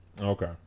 Okay